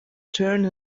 turned